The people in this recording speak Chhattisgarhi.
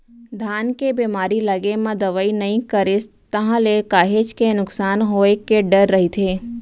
धान के बेमारी लगे म दवई नइ करेस ताहले काहेच के नुकसान होय के डर रहिथे